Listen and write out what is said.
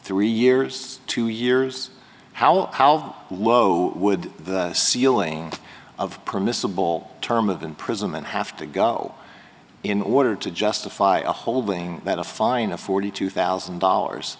three years two years how how low would the ceiling of permissible term of imprisonment have to go in order to justify holding that a fine of forty two thousand dollars